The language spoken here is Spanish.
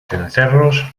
cencerros